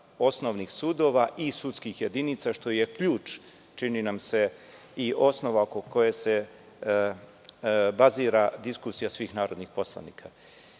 osnovnih sudova i sudskih jedinica, što je ključ, čini nam se, i osnova oko koje se bazira diskusija svih narodnih poslanika. Hteo